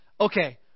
Okay